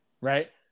right